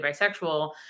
bisexual